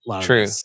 true